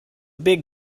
big